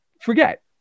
forget